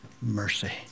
mercy